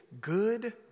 good